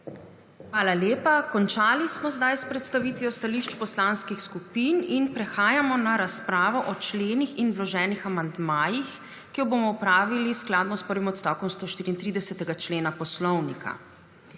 Hvala lepa. Končali smo zdaj s predstavitvijo stališč poslanskih skupin in prehajamo na razpravo o členih in vloženih amandmajih, ki jo bomo opravili skladno s prvim odstavkom 134. člena Poslovnika.